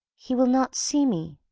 he will not see me.